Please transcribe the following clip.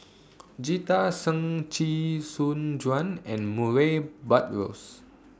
Jita Singh Chee Soon Juan and Murray Buttrose